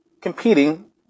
competing